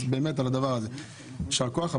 אז על הדבר הזה יישר כוח.